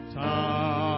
time